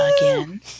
again